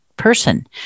person